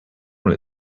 will